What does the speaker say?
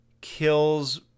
kills